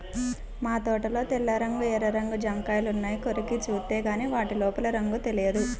మా తోటలో తెల్ల రంగు, ఎర్ర రంగు జాంకాయలున్నాయి, కొరికి జూత్తేగానీ వాటి లోపల రంగు తెలియదు మరి